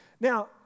Now